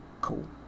Cool